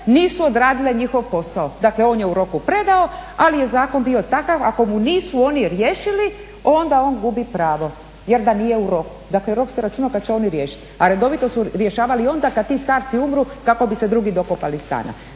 nisu odradile njihov posao. Dakle on je u roku predao, ali je zakon bio takav ako mu nisu oni riješili onda on gubi pravo jer da nije u roku. Dakle rok se računa kad će oni riješiti, a redovito su rješavali onda kad ti starci umru kako bi se drugi dokopali stana.